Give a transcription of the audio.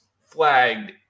flagged